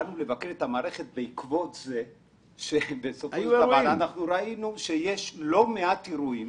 באנו לבקר את המערכת בעקבות זה שראינו שיש לא מעט אירועים